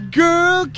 girl